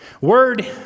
Word